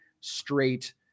straight